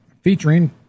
featuring